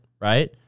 right